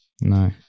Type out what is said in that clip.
No